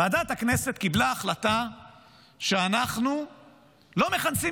ועדת הכנסת קיבלה החלטה שאנחנו לא מכנסים